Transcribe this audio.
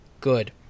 Good